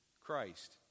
Christ